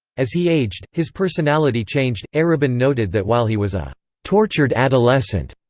as he aged, his personality changed eribon noted that while he was a tortured adolescent,